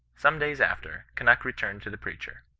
some days after, kunnuk re turned to the preacher.